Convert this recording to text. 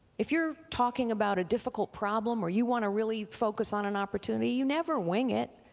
if you're talking about a difficult problem or you want a really focus on an opportunity you never wing it.